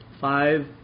five